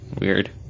Weird